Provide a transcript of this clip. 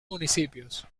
municipios